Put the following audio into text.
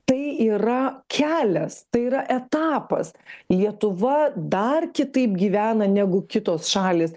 tai yra kelias tai yra etapas lietuva dar kitaip gyvena negu kitos šalys